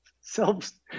self